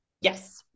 Yes